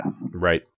Right